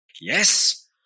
yes